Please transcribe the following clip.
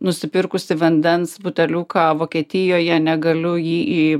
nusipirkusi vandens buteliuką vokietijoje negaliu jį